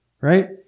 right